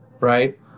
right